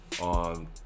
on